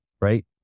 right